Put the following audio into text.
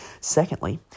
Secondly